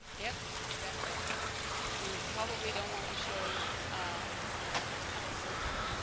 yep exactly you probably don't want to show things that are not safe